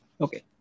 Okay